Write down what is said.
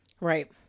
right